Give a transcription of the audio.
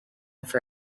for